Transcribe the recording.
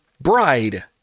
bride